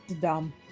dumb